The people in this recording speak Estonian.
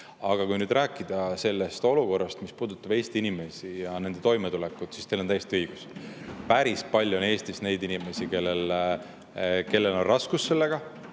Aga kui nüüd rääkida sellest olukorrast, mis puudutab Eesti inimesi ja nende toimetulekut, siis teil on täiesti õigus. Päris palju on Eestis neid inimesi, kellel on raskusi sellega.